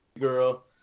girl